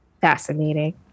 Fascinating